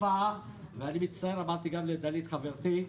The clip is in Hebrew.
אמרתי גם לדלית חברתי,